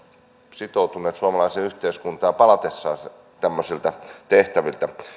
sitoutuneet suomalaiseen yhteiskuntaan palatessaan tämmöisistä tehtävistä